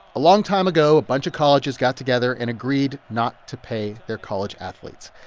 a long time ago, a bunch of colleges got together and agreed not to pay their college athletes.